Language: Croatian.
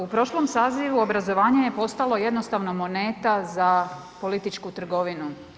U prošlom sazivu, obrazovanje je postalo jednostavno moneta za političku trgovinu.